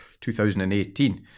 2018